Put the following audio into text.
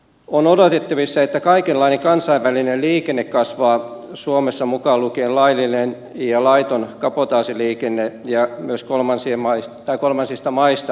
on odotettavissa että kaikenlainen kansainvälinen liikenne kasvaa suomessa mukaan lukien laillinen ja laiton kabotaasiliikenne ja kolmansista maista tuleva liikenne